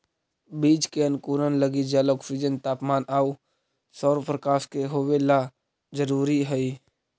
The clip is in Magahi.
बीज के अंकुरण लगी जल, ऑक्सीजन, तापमान आउ सौरप्रकाश के होवेला जरूरी हइ